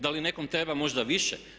Da li nekom treba možda više?